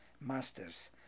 masters